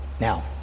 Now